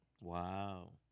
Wow